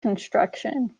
construction